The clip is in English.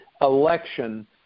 election